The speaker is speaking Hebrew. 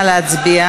כנוסח הוועדה.